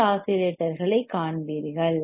C LC ஆஸிலேட்டர்களைக் காண்பீர்கள்